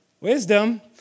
wisdom